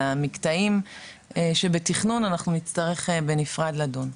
על המקטעים שבתכנון אנחנו נצטרך לדון בנפרד.